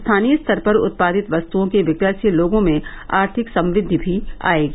स्थानीय स्तर पर उत्पादित वस्तुओं के विक्रय से लोगों में आर्थिक समृद्धि आयेगी